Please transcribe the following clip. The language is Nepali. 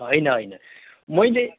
होइन होइन मैले